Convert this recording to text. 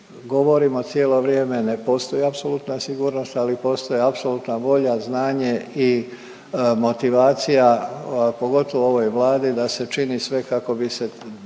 govorimo cijelo vrijeme ne postoji apsolutna sigurnost, ali postoji apsolutna volja, znanje i motivacija, pogotovo u ovoj Vladi da se čini sve kako bi se taj